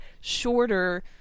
shorter